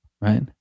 right